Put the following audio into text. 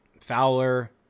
Fowler